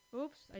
Oops